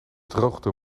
droogte